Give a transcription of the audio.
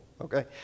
Okay